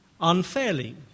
unfairly